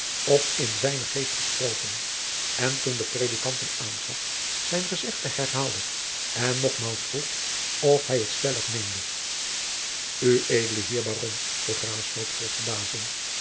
of in zijnen geest gesproken en toen de predikant hem aanzag zijn gezegde herhaalde en nogmaals vroeg of hij het stellig meende ued hier heer baron vroeg raesfelt vol verbazing